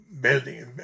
building